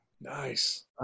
nice